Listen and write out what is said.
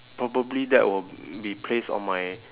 probably that will be placed on my